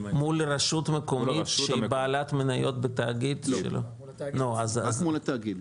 מול רשות מקומית שהיא בעלת מניות בתאגיד -- רק מול התאגיד.